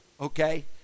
okay